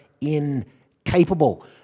incapable